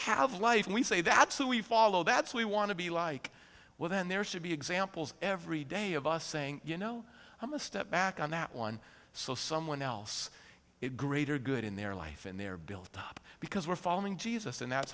have life and we say that's who we follow that's we want to be like well then there should be examples every day of us saying you know i'm a step back on that one so someone else greater good in their life in their build up because we're following jesus and that's